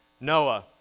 Noah